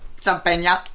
Champagne